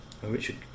Richard